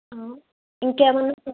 ఇంకేమన్నా